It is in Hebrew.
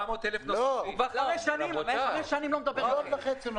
כבר חמש שנים לא מדבר עם בזק.